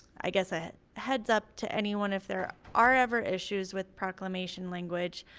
i guess a heads-up to anyone if there are ever issues with proclamation language.